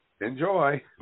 Enjoy